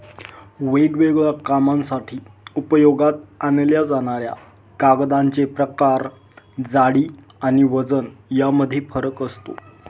वेगवेगळ्या कामांसाठी उपयोगात आणल्या जाणाऱ्या कागदांचे प्रकार, जाडी आणि वजन यामध्ये फरक असतो